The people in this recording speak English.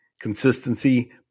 consistency